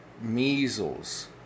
Measles